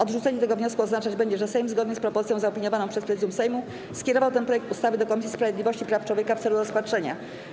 Odrzucenie tego wniosku będzie oznaczać, że Sejm, zgodnie z propozycją zaopiniowaną przez Prezydium Sejmu, skierował ten projekt ustawy do Komisji Sprawiedliwości i Praw Człowieka w celu rozpatrzenia.